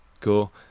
Cool